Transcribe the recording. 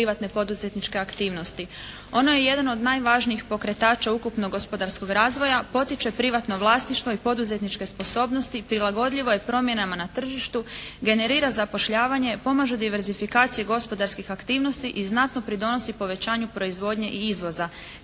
Ono je jedan od najvažnijih pokretača ukupnog gospodarskog razvoja. Potiče privatna vlasništva i poduzetničke sposobnosti. Prilagodljivo je promjenama na tržištu. Generira zapošljavanje. Pomaže diverzifikaciji gospodarskih aktivnosti i znatno pridonosi povećanju proizvodnje i izvoza